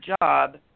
job